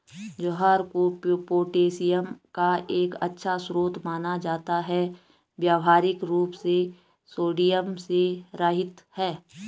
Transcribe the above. ज्वार को पोटेशियम का एक अच्छा स्रोत माना जाता है और व्यावहारिक रूप से सोडियम से रहित है